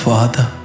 Father